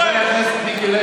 איתן,